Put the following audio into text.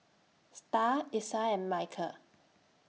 STAR Isiah and Michial